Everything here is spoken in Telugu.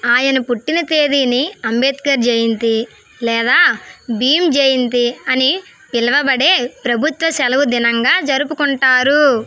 ఆయన పుట్టిన తేదీని అంబేద్కర్ జయంతి లేదా భీమ్ జయంతి అని పిలవబడే ప్రభుత్వ సెలవు దినంగా జరుపుకుంటారు